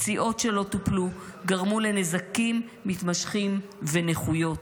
פציעות שלא טופלו גרמו לנזקים מתמשכים ולנכויות.